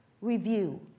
Review